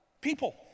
people